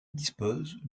dispose